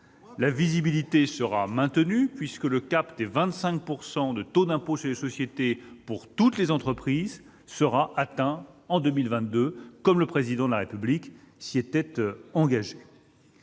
La visibilité sera maintenue, puisque le cap des 25 % de taux d'impôt sur les sociétés pour toutes les entreprises sera atteint en 2022, comme le Président de la République s'y était engagé.